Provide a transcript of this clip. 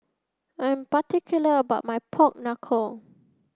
I'm particular about my pork knuckle